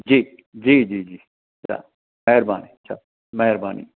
जी जी जी जी महिरबानी अछा महिरबानी